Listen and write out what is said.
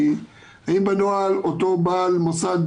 האם בנוהל אותו בעל מוסד